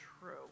true